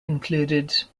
included